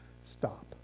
stop